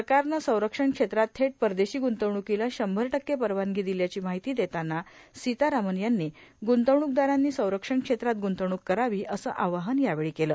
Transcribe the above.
सरकारनं संरक्षण क्षेत्रात थेट परदेशी ग्ंतवण्कीला शंभर टक्के परवानगी दिल्याची माहिती देताना सीतारामन यांनी ग्तवणूकदारांनी संरक्षण क्षेत्रात ग्तवणूक करावी असं आवाहन यावेळी केलं